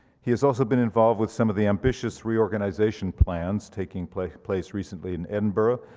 he has also been involved with some of the ambitious reorganization plans taking place place recently in edinburgh,